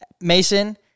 Mason